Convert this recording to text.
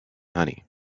honey